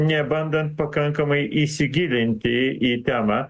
nebandant pakankamai įsigilinti į temą